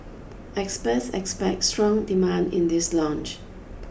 experts expect strong demand in this launch